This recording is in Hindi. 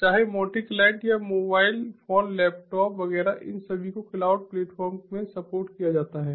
चाहे मोटे क्लाइंट या मोबाइल फोन लैपटॉप वगैरह इन सभी को क्लाउड प्लेटफॉर्म में सपोर्ट किया जाता है